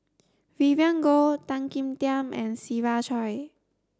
Vivien Goh Tan Kim Tian and Siva Choy